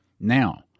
Now